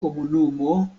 komunumo